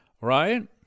right